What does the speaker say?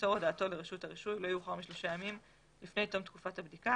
ימסור הודעתו לרשות הרישוי לא יאוחר משלושה ימים לפני תום תקופת הבדיקה.